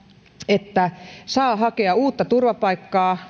että saa hakea uutta turvapaikkaa